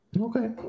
Okay